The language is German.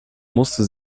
musste